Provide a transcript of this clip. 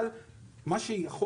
הניסוי הוא